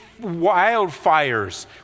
wildfires